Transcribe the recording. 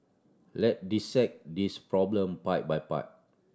let dissect this problem part by part